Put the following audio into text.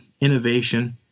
innovation